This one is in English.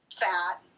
fat